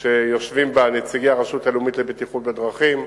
שיושבים בה נציגי הרשות הלאומית לבטיחות בדרכים,